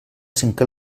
cinqué